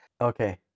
okay